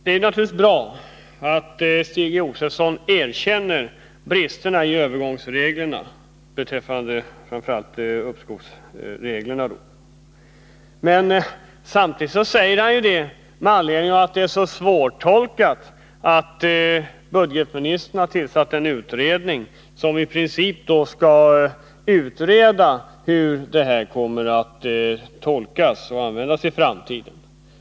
Det är naturligtvis bra att Stig Josefson erkänner bristerna i övergångsreglerna, och det gäller i första hand uppskovsreglerna. Men samtidigt säger han att det är så svårt att tolka detta att budgetministern har tillsatt en utredning som i princip skall undersöka hur dessa regler skall tolkas och användas i framtiden.